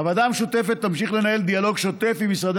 הוועדה המשותפת תמשיך לנהל דיאלוג שוטף עם משרדי